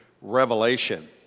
Revelation